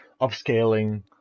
upscaling